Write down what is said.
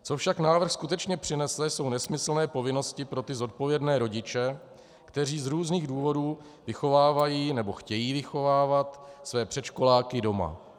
Co však návrh skutečně přinese, jsou nesmyslné povinnosti pro ty zodpovědné rodiče, kteří z různých důvodů vychovávají nebo chtějí vychovávat své předškoláky doma.